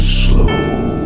slow